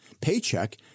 paycheck